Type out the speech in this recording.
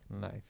Nice